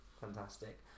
Fantastic